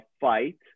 fight